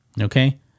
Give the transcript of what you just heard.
okay